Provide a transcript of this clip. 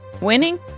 winning